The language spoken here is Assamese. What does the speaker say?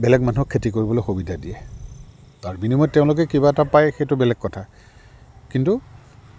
বেলেগ মানুহক খেতি কৰিবলৈ সুবিধা দিয়ে তাৰ বিনিময়ত তেওঁলোকে কিবা এটা পায় সেইটো বেলেগ কথা কিন্তু